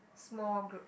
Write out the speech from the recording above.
small group